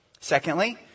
Secondly